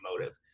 motive